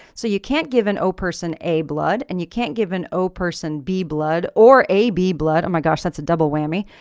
so you can't give an o person a blood and you can't give an o person b blood or ab blood, oh my gosh that's a double whammy.